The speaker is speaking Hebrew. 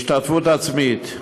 השתתפות עצמית.